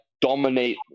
dominate